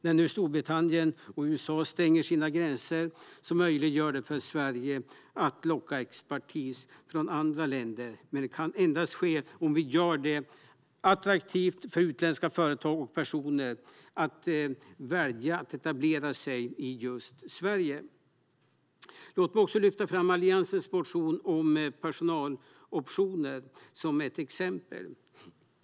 När nu Storbritannien och USA stänger sina gränser möjliggör det för Sverige att locka expertis från andra länder, men detta kan endast ske om vi gör det attraktivt för utländska företag och personer att välja att etablera sig i just Sverige. Låt mig också lyfta fram Alliansens motion om personaloptioner som ett exempel.